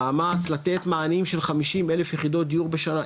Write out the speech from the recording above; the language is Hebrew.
המאמץ לתת מענים של 50 אלף יחידות דיור בשנה,